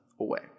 away